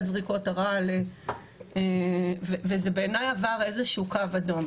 זריקות הרעל וזה בעיני עבר איזה שהוא קו אדום.